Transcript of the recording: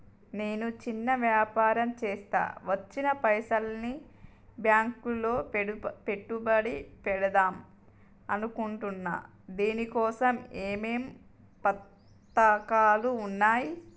నేను చిన్న వ్యాపారం చేస్తా వచ్చిన పైసల్ని బ్యాంకులో పెట్టుబడి పెడదాం అనుకుంటున్నా దీనికోసం ఏమేం పథకాలు ఉన్నాయ్?